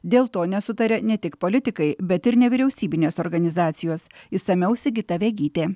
dėl to nesutaria ne tik politikai bet ir nevyriausybinės organizacijos išsamiau sigita vegytė